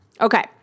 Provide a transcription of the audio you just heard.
Okay